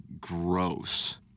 gross